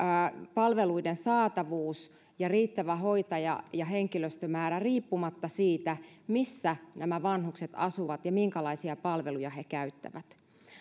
palveluiden saatavuus ja riittävä hoitaja ja henkilöstömäärä riippumatta siitä missä nämä vanhukset asuvat ja minkälaisia palveluja he käyttävät